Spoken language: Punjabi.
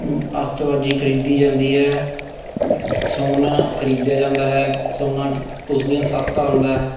ਆਤਿਸ਼ਬਾਜ਼ੀ ਖਰੀਦੀ ਜਾਂਦੀ ਹੈ ਸੋਨਾ ਖਰੀਦਿਆ ਜਾਂਦਾ ਹੈ ਸੋਨਾ ਉਸ ਦਿਨ ਸਸਤਾ ਹੁੰਦਾ ਹੈ